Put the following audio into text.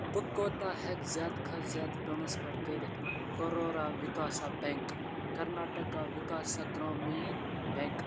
بہٕ کوتاہ ہٮ۪کہٕ زِیٛادٕ کھوتہٕ زِیٛادٕ ٹرانسفر کٔرِتھ کَرورا وِکاسا بیٚنٛک کرناٹکا وِکاس گرٛامیٖنا بیٚنٛک